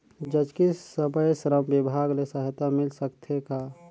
जचकी समय श्रम विभाग ले सहायता मिल सकथे का?